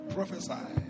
Prophesy